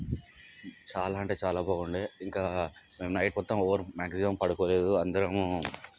చాలా అంటే చాలా బాగుండే ఇంకా మేం నైట్ మొత్తం ఎవ్వరం మ్యాక్సిమం పడుకోలేదు అందరము